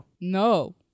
No